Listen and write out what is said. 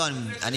לא, לא.